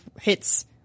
hits